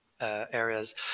areas